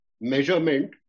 measurement